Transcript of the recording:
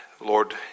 Lord